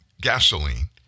gasoline